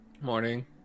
Morning